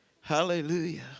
Hallelujah